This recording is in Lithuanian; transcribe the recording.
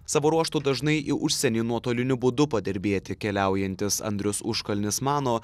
savo ruožtu dažnai į užsienį nuotoliniu būdu padirbėti keliaujantis andrius užkalnis mano